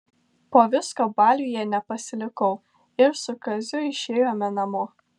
po visko baliuje nepasilikau ir su kaziu išėjome namo